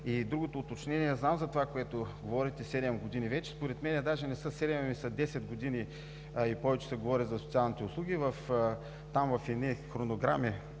И другото уточнение – знам за това, което говорите – седем години вече. Според мен даже не са седем, а са 10 години, а и повече се говори за социалните услуги, там в едни хронограми